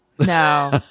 No